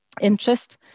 interest